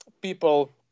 people